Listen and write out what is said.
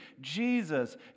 Jesus